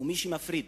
ומי שמפריד